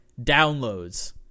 downloads